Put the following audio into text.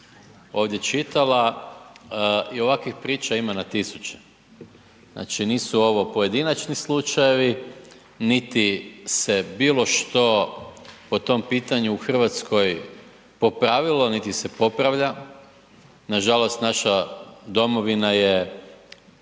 ovdje čitala i ovakvih priča ima na tisuće. Znači, nisu ovo pojedinačni slučajevi, niti se bilo što po tom pitanju u RH popravilo, niti se popravlja. Nažalost, naša domovina je